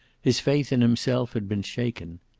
his faith in himself had been shaken.